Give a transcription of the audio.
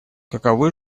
каковы